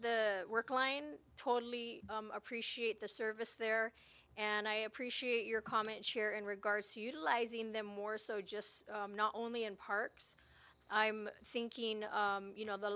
the work line totally appreciate the service there and i appreciate your comments here in regards to utilizing them more so just not only in parks i'm thinking you know the